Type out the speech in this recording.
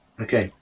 Okay